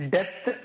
Death